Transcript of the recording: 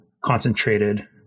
concentrated